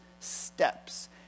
Steps